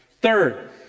Third